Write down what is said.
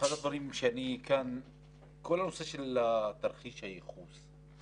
כל הנושא של תרחיש הייחוס,